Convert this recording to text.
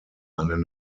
einen